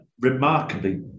remarkably